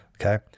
okay